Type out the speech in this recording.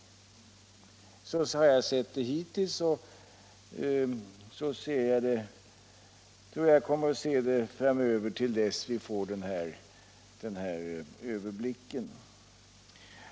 Så har jag sett det hittills och så tror jag att jag kommer att se det framöver till dess vi får den här överblicken.